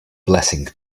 blessing